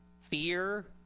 fear